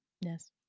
yes